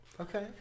Okay